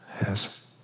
Yes